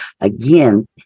again